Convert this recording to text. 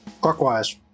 Clockwise